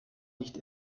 nicht